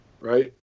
right